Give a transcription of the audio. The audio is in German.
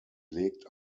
legt